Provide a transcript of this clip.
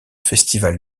festival